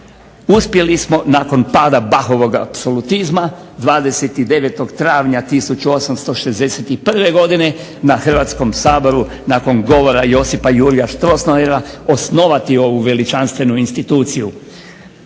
Uspjeli smo nakon pada Bachovog apsolutizma 29. Travnja 1861. Godine na Hrvatskom saboru nakon govora Josipa Jurija Strossmayera osnovati ovu veličanstvenu instituciju.